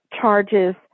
charges